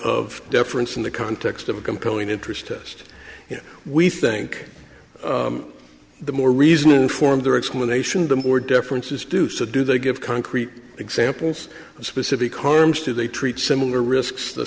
of deference in the context of a compelling interest test we think the more reason to inform their explanation the more deference is due to do they give concrete examples of specific harms do they treat similar risks the